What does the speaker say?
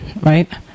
right